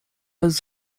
bez